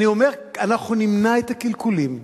אני אומר, אנחנו נמנע את הקלקולים.